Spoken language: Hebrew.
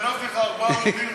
גנבתי לך ארבעה עמודים,